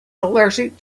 allergic